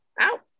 out